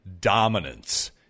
dominance